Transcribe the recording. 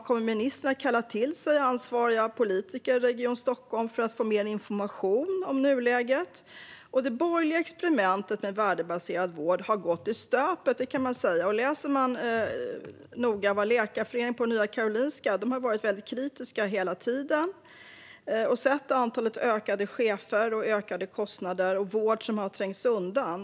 Kommer ministern att kalla till sig ansvariga politiker i Region Stockholm för att få mer information om nuläget, herr talman? Man kan säga att det borgerliga experimentet med värdebaserad vård har gått i stöpet. Läkarföreningen på Nya Karolinska har varit väldigt kritisk hela tiden. Man har sett det ökade antalet chefer och de ökade kostnaderna, liksom den vård som har trängts undan.